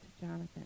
Jonathan